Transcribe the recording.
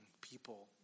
people